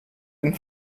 den